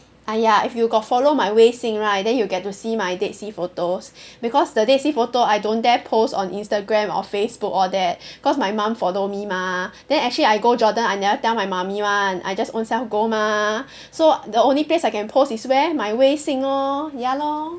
!aiya! if you got follow my 微信 right then you get to see my dead sea photos because the dead sea photo I don't dare post on Instagram or Facebook all that cause my mum follow me mah then actually I go Jordan I never tell my mummy [one] I just ownself go mah so the only place I can post is where my 微信 lor ya lor